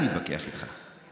על זה אני מתווכח איתך.